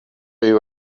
you